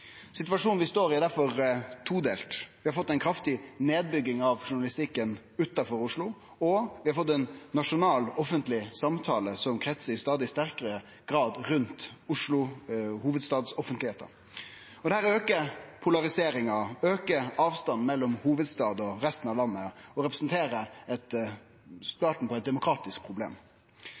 Situasjonen vi står i, er difor todelt. Vi har fått ei kraftig nedbygging av journalistikken utanfor Oslo, og vi har fått ein nasjonal, offentleg samtale som kretsar i stadig sterkare grad rundt Oslo-/hovudstatsoffentlegheita. Dette aukar polariseringa, aukar avstanden mellom hovudstaden og resten av landet og representerer starten på eit demokratisk problem.